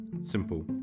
Simple